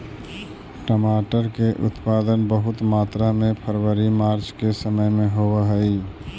टमाटर के उत्पादन बहुत मात्रा में फरवरी मार्च के समय में होवऽ हइ